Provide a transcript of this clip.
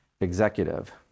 executive